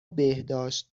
بهداشت